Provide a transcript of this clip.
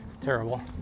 terrible